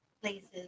places